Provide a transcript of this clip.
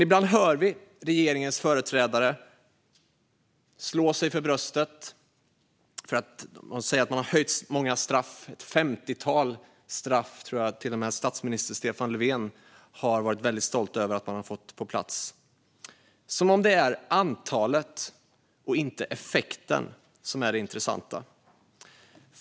Ibland hör vi regeringens företrädare slå sig för bröstet och säga att regeringen, enligt en stolt statsminister Stefan Löfven, höjt ett femtiotal straff - som om det är antalet och inte effekten som är det intressanta.